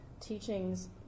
teachings